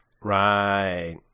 Right